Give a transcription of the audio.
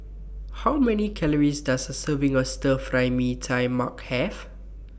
How Many Calories Does A Serving of Stir Fry Mee Tai Mak Have